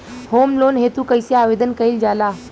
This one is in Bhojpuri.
होम लोन हेतु कइसे आवेदन कइल जाला?